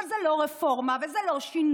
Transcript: אבל זו לא רפורמה, וזה לא שינוי.